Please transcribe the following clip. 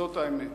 זאת האמת.